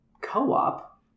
co-op